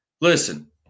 Listen